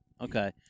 Okay